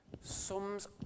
sums